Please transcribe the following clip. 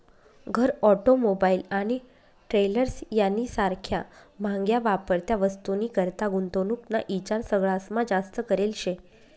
घर, ऑटोमोबाईल आणि ट्रेलर्स यानी सारख्या म्हाग्या वापरत्या वस्तूनीकरता गुंतवणूक ना ईचार सगळास्मा जास्त करेल शे